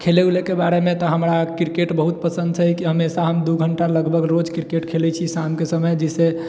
खेलै उलैके बारेमे तऽ हमरा किरकेट बहुत पसन्द छै कि हमेशा हम दू घण्टा लगभग रोज किरकेट खेलै छी शामके समय जाहिसँ